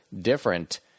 different